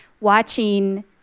watching